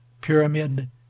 pyramid